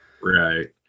Right